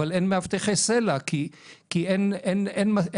אבל אין מאבטחי סל"ע כי אין שכר,